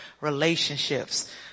relationships